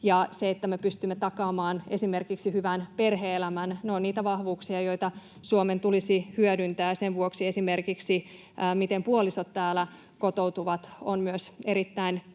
ja siitä, että me pystymme takaamaan esimerkiksi hyvän perhe-elämän. Ne ovat niitä vahvuuksia, joita Suomen tulisi hyödyntää. Sen vuoksi esimerkiksi se, miten puolisot täällä kotoutuvat, on myös erittäin